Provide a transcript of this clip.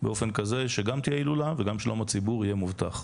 באופן כזה שגם תהיה הילולה וגם שלום הציבור יהיה מובטח.